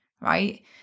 right